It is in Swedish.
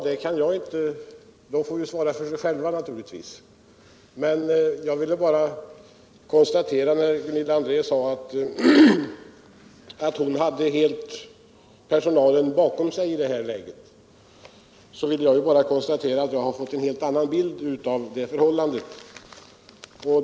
Men de får naturligtvis svara för sig själva. När Gunilla André säger att hon helt har personalen bakom sig kan jag bara konstatera att jag har fått en helt annan bild av förhållandet.